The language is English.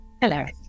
Hello